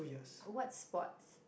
what sports